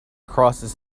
crosses